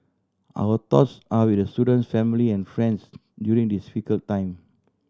our thoughts are with the student's family and friends during this difficult time